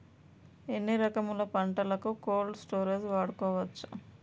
ఎన్ని రకములు పంటలకు కోల్డ్ స్టోరేజ్ వాడుకోవచ్చు?